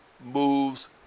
moves